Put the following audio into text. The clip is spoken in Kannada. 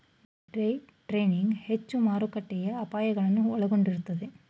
ಡೇ ಟ್ರೇಡಿಂಗ್ ಹೆಚ್ಚು ಮಾರುಕಟ್ಟೆಯ ಅಪಾಯಗಳನ್ನು ಒಳಗೊಂಡಿರುತ್ತದೆ